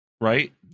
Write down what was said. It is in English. right